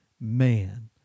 man